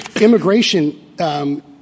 immigration –